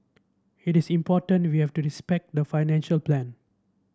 it is important we have to respect the financial plan